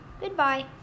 Goodbye